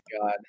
god